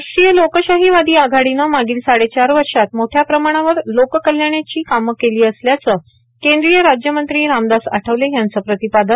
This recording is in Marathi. राष्ट्रीय लोकशाहीवादी आघाडीनं मागिल साडेचार वर्षात मोठ्या प्रमाणावर लोक कल्याणाची कामं केली असल्याचं केंद्रीय राज्यमंत्री रामदास आठवले यांचं प्रतिपादन